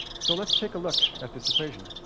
so let's take a look at this equation.